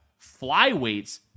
flyweights